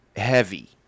heavy